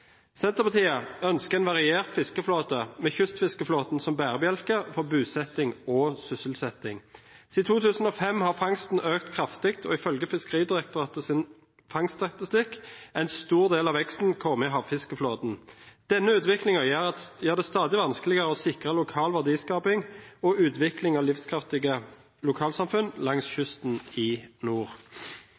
Senterpartiet ønsker en variert fiskeflåte med kystfiskeflåten som bærebjelke for bosetting og sysselsetting. Siden 2005 har fangsten økt kraftig, og ifølge Fiskeridirektoratets fangststatistikk er en stor del av veksten kommet i havfiskeflåten. Denne utviklingen gjør det stadig vanskeligere å sikre lokal verdiskaping og utvikling av livskraftige lokalsamfunn langs kysten i nord.